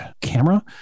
camera